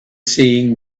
seeing